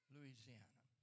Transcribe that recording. Louisiana